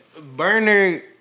Burner